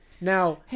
Now